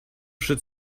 should